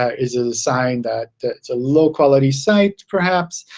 ah is it sign that that it's a low-quality site, perhaps?